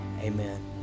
amen